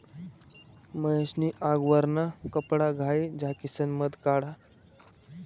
महेश नी आगवरना कपडाघाई झाकिसन मध काढा